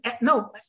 No